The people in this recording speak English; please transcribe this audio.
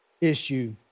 issue